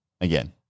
again